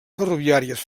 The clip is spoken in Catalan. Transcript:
ferroviàries